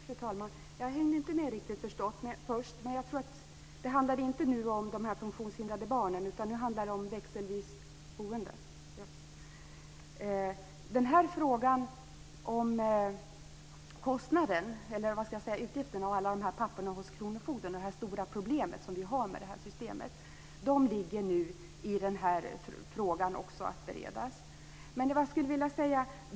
Fru talman! Jag hängde inte med riktigt först. Men nu handlade det inte om de funktionshindrade barnen. Nu handlade det om växelvis boende. Frågan om utgifterna och alla papper hos kronofogden - det stora problemet som vi har med det här systemet - ska nu också beredas.